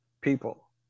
people